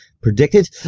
predicted